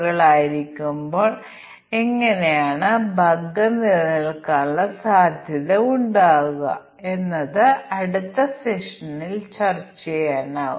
അതിനാൽ ദയവായി അത് ചെയ്യുക അടുത്ത സെഷനിൽ വൈറ്റ് ബോക്സ് ടെസ്റ്റിംഗിനെക്കുറിച്ച് ഞങ്ങൾ ചർച്ച ചെയ്യും